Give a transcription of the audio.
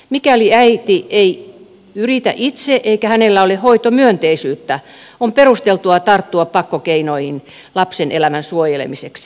mikäli äiti ei yritä itse eikä hänellä ole hoitomyönteisyyttä on perusteltua tarttua pakkokeinoihin lapsen elämän suojelemiseksi